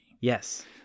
Yes